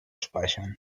speichern